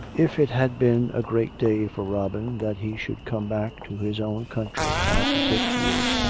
if it had been a great day for robin that he should come back to his own country after six years,